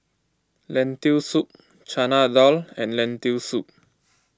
Lentil Soup Chana Dal and Lentil Soup